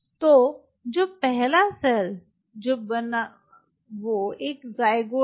तो जो पहला सेल जो बना वो एक ज़ायगोट था